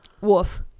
wolf